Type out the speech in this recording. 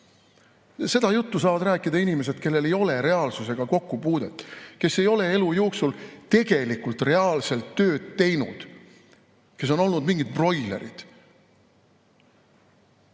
Seda juttu saavad rääkida inimesed, kellel ei ole reaalsusega kokkupuudet, kes ei ole elu jooksul tegelikult reaalselt tööd teinud, kes on olnud mingid broilerid.